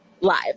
live